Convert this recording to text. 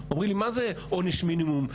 אומרים לי מה זה עונש מינימום,